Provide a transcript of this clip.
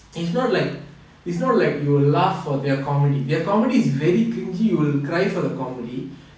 it's not like it's not like you will laugh for their comedy their comedy is very cringey you will cry for the comedy